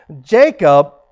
Jacob